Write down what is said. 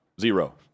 Zero